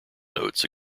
notes